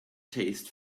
taste